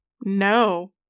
No